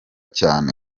cyane